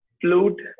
Flute